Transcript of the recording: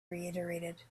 reiterated